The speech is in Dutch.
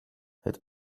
het